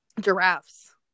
Giraffes